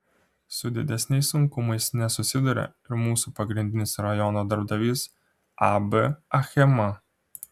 su didesniais sunkumais nesusiduria ir mūsų pagrindinis rajono darbdavys ab achema